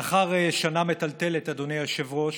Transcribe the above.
לאחר שנה מטלטלת, אדוני היושב-ראש,